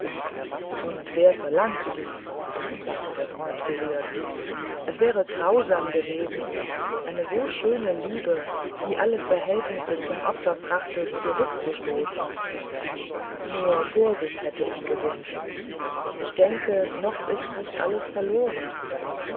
und wer verlangt dies sagte der freund gerührt es wäre grausam gewesen eine so schöne liebe die alle verhältnisse zum opfer brachte zurückzustoßen nur vorsicht hätte ich gewünscht ich denke noch ist nicht alles verloren